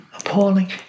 appalling